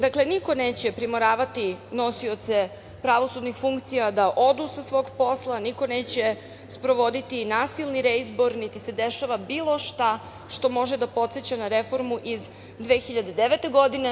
Dakle, niko neće primoravati nosioce pravosudnih funkcija da odu sa svog posla, niko neće sprovoditi nasilni reizbor, niti se dešava bilo šta što može da podseća na reformu iz 2009. godine.